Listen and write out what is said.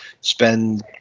spend